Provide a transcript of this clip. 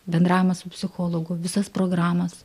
bendravimas su psichologu visas programas